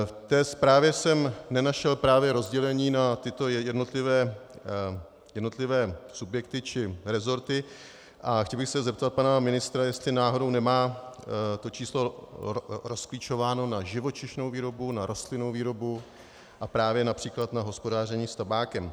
V té zprávě jsem nenašel právě rozdělení na tyto jednotlivé subjekty či rezorty a chtěl bych se zeptat pana ministra, jestli náhodou nemá to číslo rozklíčováno na živočišnou výrobu, na rostlinnou výrobu a právě například na hospodaření s tabákem.